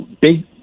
big